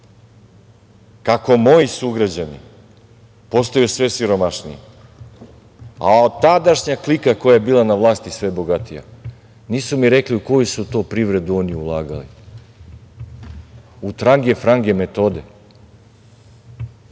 Kako moji sugrađani postaju sve siromašniji, a tadašnja klika koja je bila na vlasti sve bogatija. Nisu mi rekli u koju su to privredu oni ulagali, u trange-frange metode,